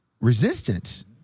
resistance